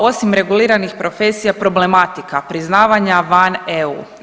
Osim reguliranih profesija, problematika priznavanja van EU.